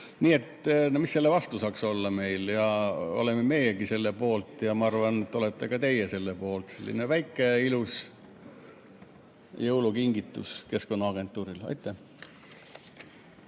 Nii et mis meil selle vastu saaks olla ja oleme meiegi selle poolt ja ma arvan, et olete ka teie selle poolt – selline väike ilus jõulukingitus Keskkonnaagentuurile. Aitäh!